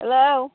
hello